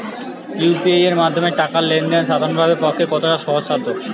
UPI এর মাধ্যমে টাকা লেন দেন সাধারনদের পক্ষে কতটা সহজসাধ্য?